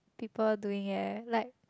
people doing leh like